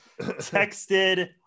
texted